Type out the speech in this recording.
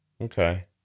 Okay